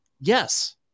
Yes